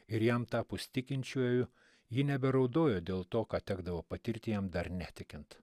ir jam tapus tikinčiuoju ji neberaudojo dėl to ką tekdavo patirti jam dar netikint